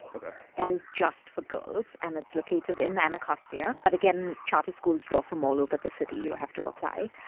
ok. that is just for girls, and it's located in anacostia. but again, charter schools draw from all over the city. you have to apply.